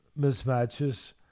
mismatches